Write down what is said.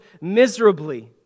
miserably